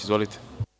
Izvolite.